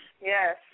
Yes